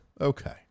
Okay